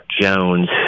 Jones